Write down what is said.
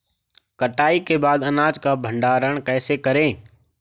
कटाई के बाद अनाज का भंडारण कैसे करें?